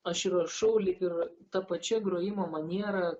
aš įrašau lyg ir ta pačia grojimo maniera